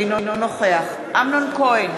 אינו נוכח אמנון כהן,